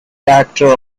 character